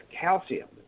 calcium